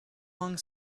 long